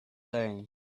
saying